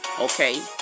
Okay